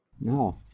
No